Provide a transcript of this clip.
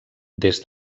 des